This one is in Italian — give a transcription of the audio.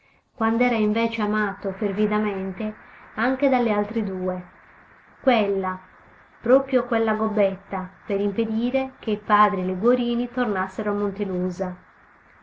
rapirsi quand'era invece amato fervidamente anche dalle altre due quella proprio quella gobbetta per impedire che i padri liguorini tornassero a